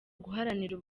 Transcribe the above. guharanira